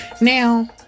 Now